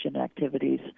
activities